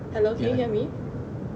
hello can you hear me